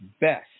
best